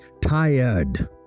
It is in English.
Tired